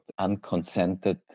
unconsented